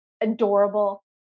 adorable